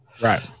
right